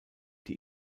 die